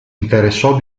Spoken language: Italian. interessò